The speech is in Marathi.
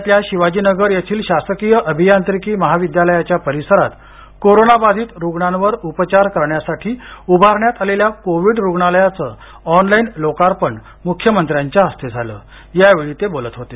पुण्यातल्या शिवाजीनगर येथील शासकीय अभियांत्रिकी महाविद्यालयाच्या परिसरात कोरोनाबाधित रुग्णांवर उपचार करण्यासाठी उभारण्यात आलेल्या कोविड रुग्णालयाचे ऑनलाईन लोकार्पण मुख्यमंत्र्यांच्या हस्ते झाले त्यावेळी ते बोलत होते